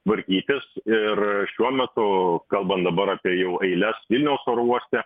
tvarkytis ir šiuo metu kalbam dabar apie jau eiles vilniaus oro uoste